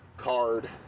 card